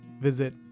visit